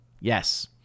Yes